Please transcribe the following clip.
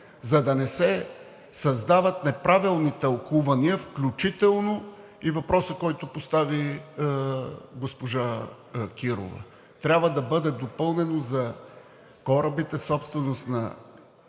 за да не се създават неправилни тълкувания, включително и въпросът, който постави госпожа Кирова. Трябва да бъде допълнено за корабите, собственост на